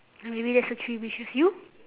I mean that's the three wishes you